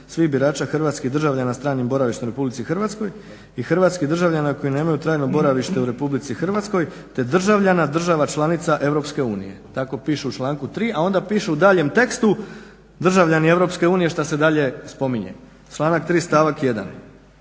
svih birača hrvatskih državljana sa stranim boravištem u RH i hrvatskih državljana koji nemaju trajno boravište u RH te državljana država članica EU." Tako piše u članku 3., a onda piše u daljnjem tekstu državljani EU što se dalje spominje. Članak 3. stavak 1.,